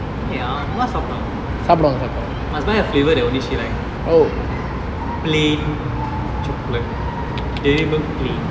no ya amma சாப்டுவங்க:amma saapduvange must buy a flavour that only she like plain chocolate diary milk plain